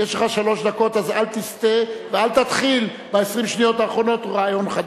יש לך שלוש דקות אז אל תסטה ואל תתחיל ב-20 שניות האחרונות רעיון חדש.